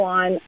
on